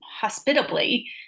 hospitably